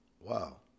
Wow